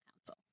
Council